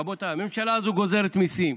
רבותיי, הממשלה הזו גוזרת מיסים: